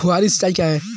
फुहारी सिंचाई क्या है?